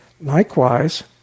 Likewise